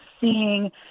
seeing